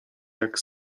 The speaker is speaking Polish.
jak